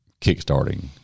kickstarting